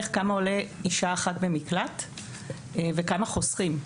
כמה עולה אישה אחת במקלט וכמה חוסכים.